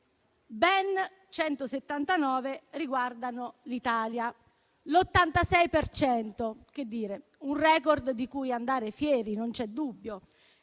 ben 179 riguardano l'Italia, l'86 per cento. Che dire? È un *record* di cui andare fieri, non c'è dubbio.